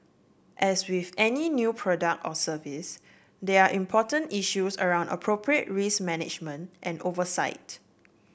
as with any new product or service they are important issues around appropriate risk management and oversight